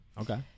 okay